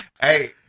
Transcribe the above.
hey